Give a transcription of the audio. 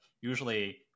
usually